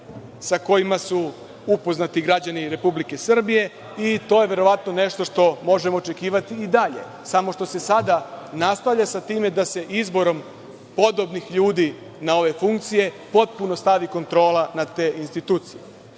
sa kojima su upoznati građani Republike Srbije, i to je verovatno nešto što možemo očekivati i dalje. Sada se samo nastavlja sa time da se izborom podobnih ljudi na ove funkcije potpuno stavi kontrola na te institucije. Što